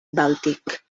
bàltic